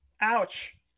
Ouch